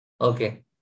Okay